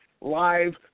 Live